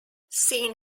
seen